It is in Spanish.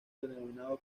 denominado